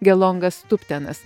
gelongas tubtenas